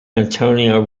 antonio